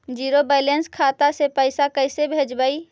Zero balance खाता से पैसा कैसे भेजबइ?